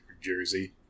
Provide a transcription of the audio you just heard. Jersey